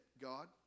God